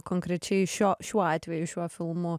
konkrečiai šio šiuo atveju šiuo filmu